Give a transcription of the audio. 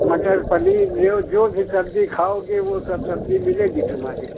मटर पनीर लो जो भी सब्जी खाओगे वो सब सब्जी मिलेगी तुम्हारी